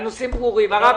תקין.